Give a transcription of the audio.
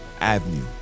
Avenue